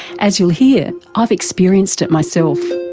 as you'll hear, i've experienced it myself.